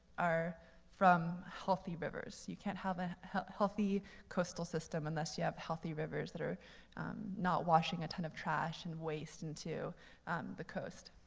are from healthy rivers. you can't have a healthy coastal system unless you have healthy rivers that are not washing a ton of trash and waste into the coast.